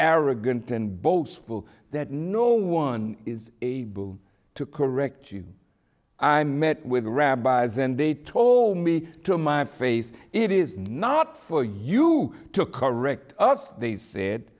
arrogant and boastful that no one is able to correct you i met with rabbis and they told me to my face it is not for you to correct us they said